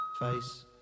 face